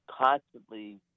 constantly